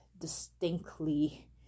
distinctly